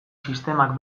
sistemak